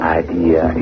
idea